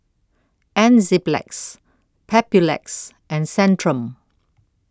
Enzyplex Papulex and Centrum